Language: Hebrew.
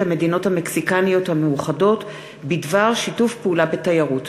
המדינות המקסיקניות המאוחדות בדבר שיתוף פעולה בתיירות.